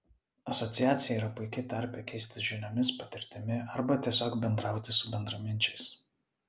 asociacija yra puiki terpė keistis žiniomis patirtimi arba tiesiog bendrauti su bendraminčiais